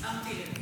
שמתי לב.